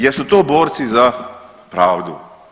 Jesu to borci za pravdu?